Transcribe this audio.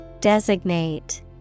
Designate